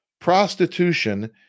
Prostitution